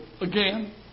again